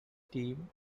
team